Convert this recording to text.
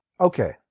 Okay